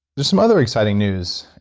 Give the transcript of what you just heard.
there's some other exciting news.